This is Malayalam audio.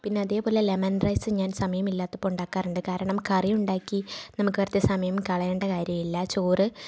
പിന്നെ അതേപോലെ ലെമണ് റൈസും ഞാന് സമയമില്ലാത്തപ്പോൾ ഉണ്ടാക്കാറുണ്ട് കാരണം കറിയുണ്ടാക്കി നമുക്ക് വെറുതെ സമയം കളയണ്ട കാര്യമില്ല ചോറ്